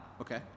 Okay